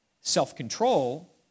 Self-control